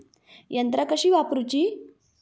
यंत्रा कशी वापरूची?